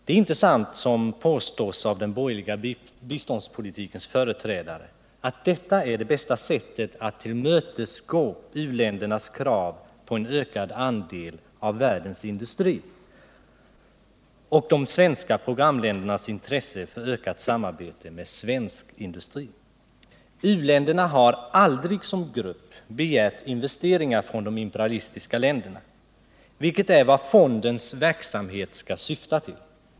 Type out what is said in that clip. Det är inte sant som påstås av den borgerliga biståndspolitikens företrädare att detta är det bästa sättet att tillmötesgå u-ländernas krav på en ökad andel av världens industri och de svenska programländernas intresse för ökat samarbete med svensk industri. U-länderna har aldrig som grupp begärt investeringar från de imperalistiska länderna, vilket är vad fondens verksamhet skall syfta till.